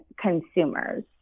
consumers